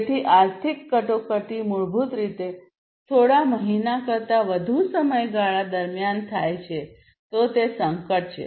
તેથી આર્થિક કટોકટી મૂળભૂત રીતે થોડા મહિના કરતા વધુ સમયગાળા દરમિયાન થાય છે તો તે સંકટ છે